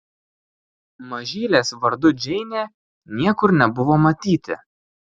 mažylės vardu džeinė niekur nebuvo matyti